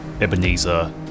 Ebenezer